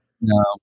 No